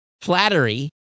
Flattery